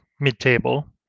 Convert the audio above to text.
mid-table